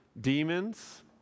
Demons